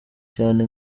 cyane